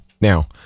Now